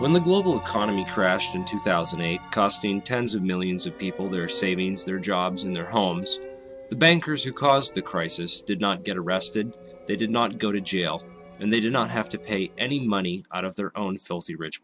when the global economy crashed in two thousand and eight costing tens of millions of people their savings their jobs and their homes the bankers who caused the crisis did not get arrested they did not go to jail and they did not have to pay any money out of their own filthy rich